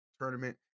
tournament